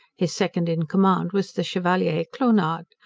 his second in command was the chevalier clonard,